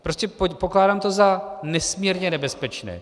Prostě pokládám to za nesmírně nebezpečné.